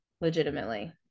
legitimately